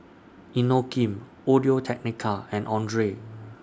Inokim Audio Technica and Andre